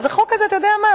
אז החוק הזה, אתה יודע מה?